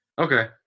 Okay